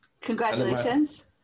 congratulations